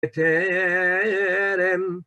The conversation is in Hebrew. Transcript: בטרם